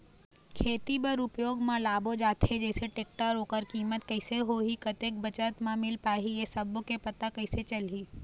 खेती बर उपयोग मा लाबो जाथे जैसे टेक्टर ओकर कीमत कैसे होही कतेक बचत मा मिल पाही ये सब्बो के पता कैसे चलही?